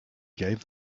gave